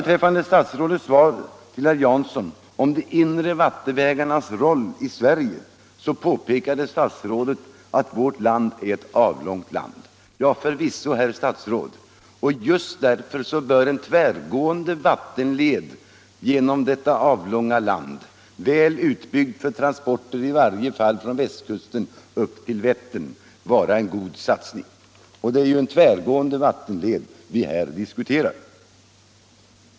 I sitt svar till herr Jansson om de inre vattenvägarnas roll i Sverige påpekade statsrådet att vårt land är ett avlångt land. Ja, förvisso, och just därför bör en tvärgående vattenled genom detta avlånga land, väl utbyggd för transporter i varje fall från västkusten upp till Vättern, vara en god satsning. Och det är en tvärgående vattenled vi här diskuterar.